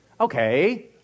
Okay